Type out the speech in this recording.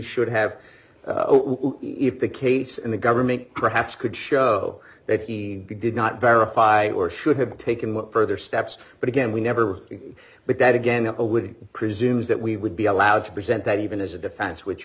should have if the case in the government perhaps could show that he did not verify or should have taken further steps but again we never but that again up i would presume is that we would be allowed to present that even as a defense which